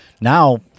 Now